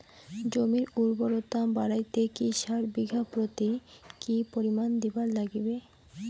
জমির উর্বরতা বাড়াইতে কি সার বিঘা প্রতি কি পরিমাণে দিবার লাগবে?